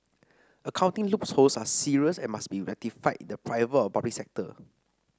accounting loopholes are serious and must be rectified in the private or public sector